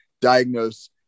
diagnose